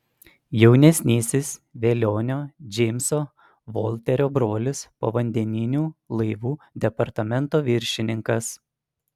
jaunesnysis velionio džeimso volterio brolis povandeninių laivų departamento viršininkas